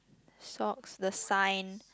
socks the sign